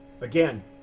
again